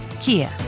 Kia